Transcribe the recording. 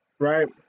Right